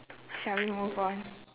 shall we move on